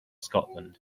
scotland